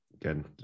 again